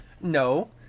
No